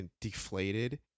deflated